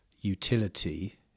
utility